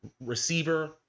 receiver